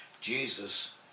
Jesus